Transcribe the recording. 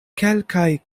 kelkaj